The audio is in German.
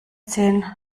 zehn